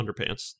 underpants